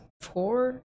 four